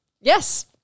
Yes